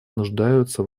нуждаются